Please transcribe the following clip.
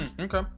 okay